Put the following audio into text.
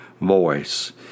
voice